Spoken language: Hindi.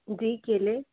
जी केले